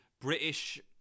British